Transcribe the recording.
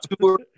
tour